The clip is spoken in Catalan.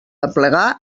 aplegar